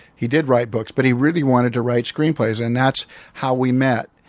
he did write books, but he really wanted to write screenplays and that's how we met,